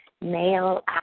male